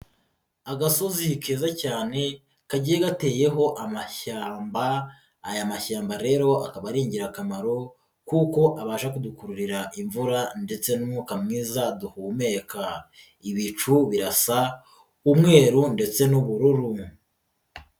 Agasozi keza cyane kagiye gateyeho amashyamba, aya mashyamba rero akaba ari ingirakamaro kuko abasha kudukururira imvura ndetse n'umwuka mwiza duhumeka, ibicu birasa umweru ndetse n'ubururu.